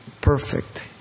perfect